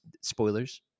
spoilers